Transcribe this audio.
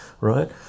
right